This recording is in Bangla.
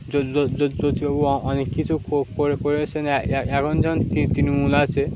জ্যোতিবাবু অনেক কিছু করেছেন এখন যে তৃণমূল আছে